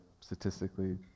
statistically